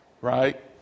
right